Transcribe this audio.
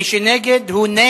ומי שהוא נגד, הוא נגד.